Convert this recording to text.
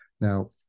Now